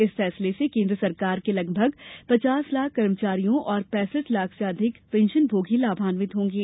इस फैसले से केंद्र सरकार के लगभग पचास लाख कर्मचारियों और पैसठ लाख से अधिक पेंशनभोगी लाभान्वित होंगे